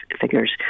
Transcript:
figures